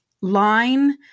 line